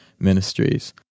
ministries